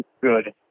Good